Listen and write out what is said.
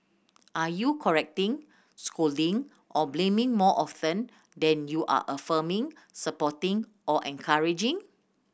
are you correcting scolding or blaming more often than you are affirming supporting or encouraging